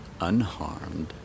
unharmed